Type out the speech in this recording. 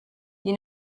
you